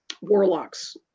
warlocks